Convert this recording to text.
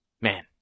Man